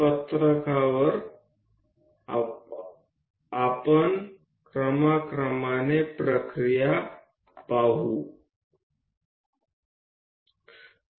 ચાલો આપણે સ્ટેપ થી સ્ટેપ તે પદ્ધતિને આપણાં આલેખના કાગળ પર જોઈએ